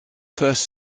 first